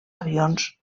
avions